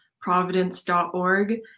providence.org